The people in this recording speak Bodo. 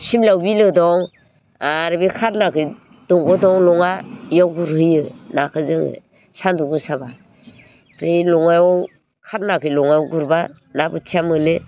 सिमलायाव बिलो दं आरो बे खारलाखै दंग' दं लङा बियाव गुरहैयो नाखौ जोङो सान्दुं गोसाबा बै लङायाव खारनाखै लङायाव गुरबा ना बोथिया मोनो